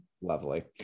lovely